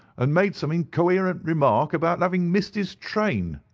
and made some incoherent remark about having missed his train.